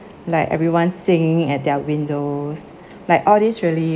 like everyone singing at their windows like all these really